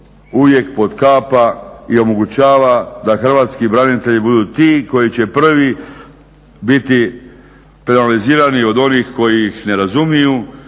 uvijek potkapa i omogućava da hrvatski branitelji budu ti koji će prvi biti penalizirani od onih koji ih ne razumiju,